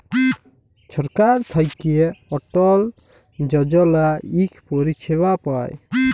ছরকার থ্যাইকে অটল যজলা ইক পরিছেবা পায়